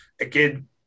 again